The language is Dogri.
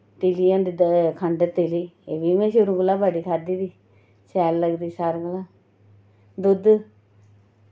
तिल्लियां दी खंड तिल्ली एह् बी मैं शुरू कोला बड़ी खाद्धी दी शैल लगदी सारें कोला दुध्द